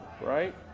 Right